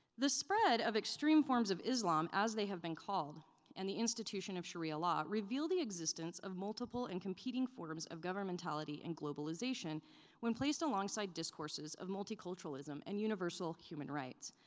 the spread of extreme forms of islam as they have been called and the institution of shari'ah law reveal the existence of multiple and competing forms of governmentality and globalization when placed alongside discourses of multiculturalism and universal human rights.